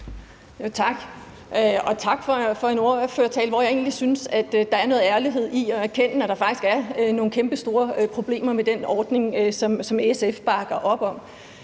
tak for en ordførertale, som jeg egentlig syntes der var noget ærlighed i i forhold til at erkende, at der faktisk er nogle kæmpestore problemer med den ordning, som SF bakker op om.